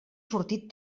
sortit